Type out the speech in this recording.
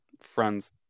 friends